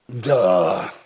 Duh